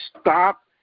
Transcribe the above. stop